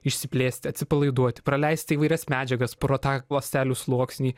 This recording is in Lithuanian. išsiplėsti atsipalaiduoti praleisti įvairias medžiagas pro tą ląstelių sluoksnį